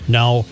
now